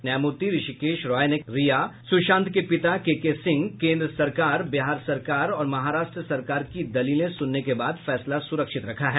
न्यायमूर्ति हृषिकेश रॉय ने रिया चक्रवर्ती सुशांत के पिता के के सिंह केंद्र सरकार बिहार सरकार और महाराष्ट्र सरकार की दलीलें सुनने के बाद फैसला सुरक्षित रखा है